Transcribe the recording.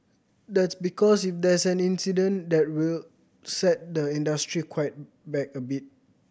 that's because if there is an accident that will set the industry quite back a bit